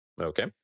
Okay